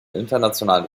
internationalen